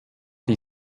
die